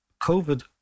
COVID